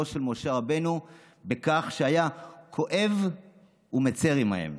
של משה רבנו בכך שהיה כואב ומצר עימם.